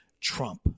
Trump